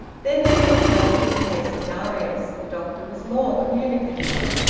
then they returned to the case of darius. the doctor was more communicative,